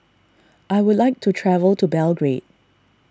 I would like to travel to Belgrade